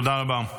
תודה רבה.